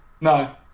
no